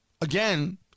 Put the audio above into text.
again